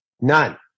None